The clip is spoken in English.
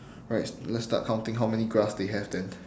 right let's start counting how many grass they have then